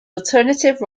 alternative